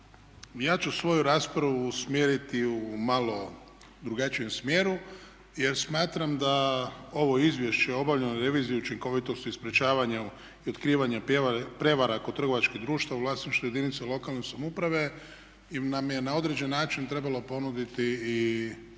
Ja ću svoju raspravu usmjeriti u malo drugačijem smjeru jer smatram da ovo izvješće o obavljenoj reviziji učinkovitosti i sprječavanju i otkrivanju prijevara kod trgovačkih društava u vlasništvu jedinica lokalne samouprave nam je na određeni način trebalo ponuditi i određene